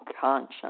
conscience